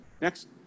Next